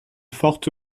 forte